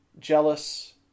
jealous